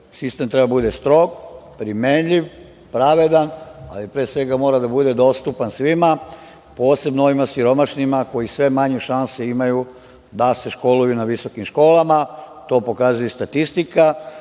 sistem treba da bude strog, primenljiv, pravedan, ali pre svega treba da bude dostupan svima, posebno ovima siromašnima koji sve manje šanse imaju da se školuju na visokim školama. To pokazuje i statistika.